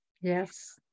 Yes